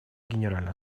генеральной